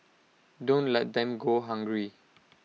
don't let them go hungry